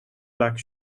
black